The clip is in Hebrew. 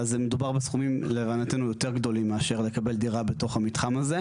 להבנתנו מדובר בסכומים יותר גדולים מאשר לקבל דירה בתוך המתחם הזה.